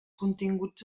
continguts